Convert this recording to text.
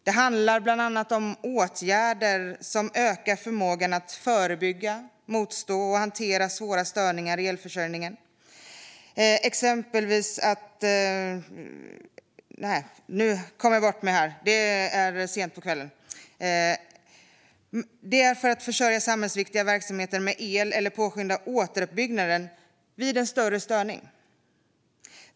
Det handlar bland annat om åtgärder som ökar förmågan att förebygga, motstå och hantera svåra störningar i elförsörjningen. Det är för att försörja samhällsviktiga verksamheter med el eller påskynda återuppbyggnaden vid en större störning.